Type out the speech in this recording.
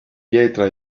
pietra